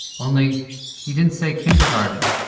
only he didn't say kindergarten,